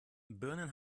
birnen